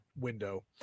window